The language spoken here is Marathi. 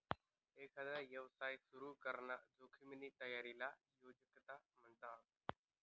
एकांदा यवसाय सुरू कराना जोखिमनी तयारीले उद्योजकता म्हणतस